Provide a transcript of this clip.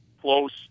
close